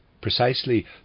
precisely